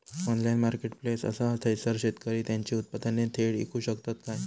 Online marketplace असा थयसर शेतकरी त्यांची उत्पादने थेट इकू शकतत काय?